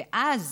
ואז,